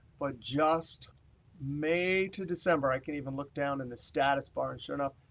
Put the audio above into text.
but just may to december. i can even look down in the status bar, and sure enough.